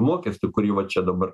mokestį kurį va čia dabar